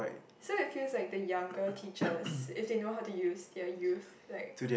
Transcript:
so it feels like the younger teachers if they know how to use their youth like